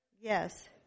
Yes